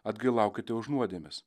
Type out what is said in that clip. atgailaukite už nuodėmes